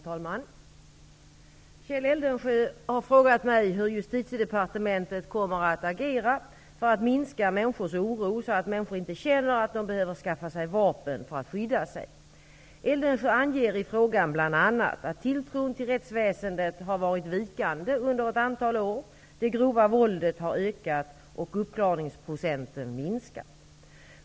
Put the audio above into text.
Herr talman! Kjell Eldensjö har frågat mig hur Justitiedepartementet kommer att agera för att minska människors oro, så att människor inte känner att de behöver skaffa sig vapen för att skydda sig. Eldensjö anger i frågan bl.a. att tilltron till rättsväsendet har varit vikande under ett antal år, det grova våldet har ökat och uppklaringsprocenten minskat.